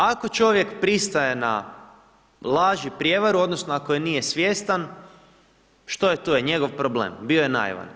Ako čovjek pristaje na laž i prijevaru, odnosno ako je nije svjestan, što je tu, njegov problem, bio je naivan.